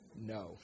No